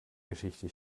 geschichte